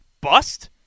Bust